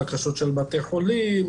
בקשות של בתי חולים,